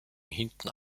hinten